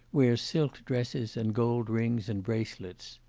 wears silk dresses and gold rings and bracelets.